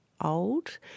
old